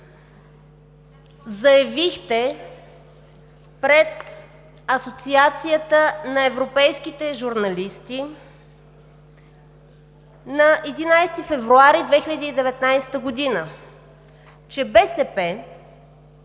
заявихте пред Асоциацията на европейските журналисти на 11 февруари 2019 г., че БСП